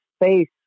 face